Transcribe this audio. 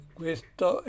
questo